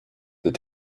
that